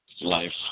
life